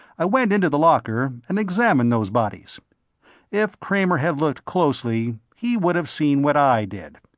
i went into the locker and examined those bodies if kramer had looked closely, he would have seen what i did.